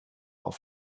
auf